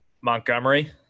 Montgomery